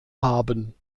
haben